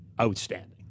outstanding